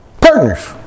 Partners